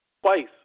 Twice